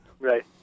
right